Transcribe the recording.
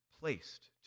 placed